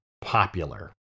popular